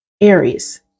Aries